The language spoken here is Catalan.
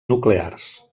nuclears